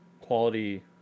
quality